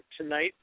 tonight